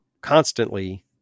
constantly